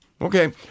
Okay